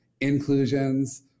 inclusions